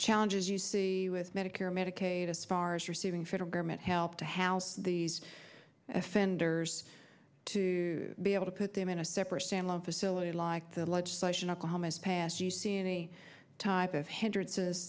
challenges you see with medicare medicaid as far as receiving federal government help to house these offenders to be able to put them in a separate standalone facility like the legislation oklahoma's past you see any type of hend